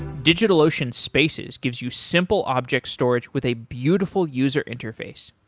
digitalocean spaces gives you simple object storage with a beautiful user interface.